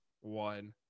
one